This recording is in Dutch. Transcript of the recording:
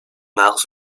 nagels